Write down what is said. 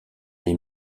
les